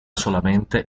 solamente